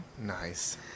Nice